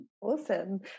Awesome